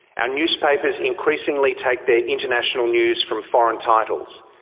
our newspapers increasingly take their international news from foreign titles.